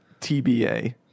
TBA